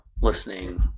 listening